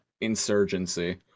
insurgency